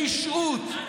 ברשעות,